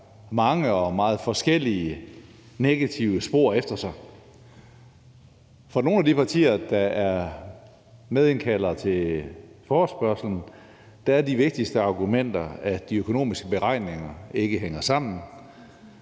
mange og meget forskellige negative spor efter sig. For nogle af de partier, der er medindkaldere til forespørgslen, er de vigtigste argumenter, at de økonomiske beregninger ikke hænger sammen,